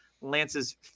Lance's